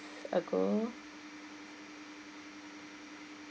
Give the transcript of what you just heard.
ago